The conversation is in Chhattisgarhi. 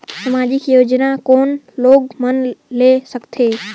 समाजिक योजना कोन लोग मन ले सकथे?